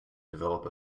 develop